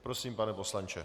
Prosím, pane poslanče.